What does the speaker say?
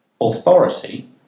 Authority